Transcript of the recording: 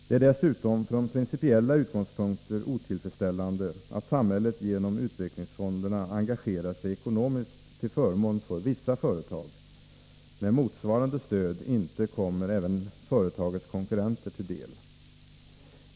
Det är dessutom från principiella utgångspunkter otillfredsställande att samhället genom utvecklingsfonderna engagerar sig ekonomiskt till förmån för vissa företag, när motsvarande stöd inte kommer även företagets konkurrenter till del.